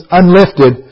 unlifted